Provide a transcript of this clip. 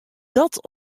dat